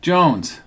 Jones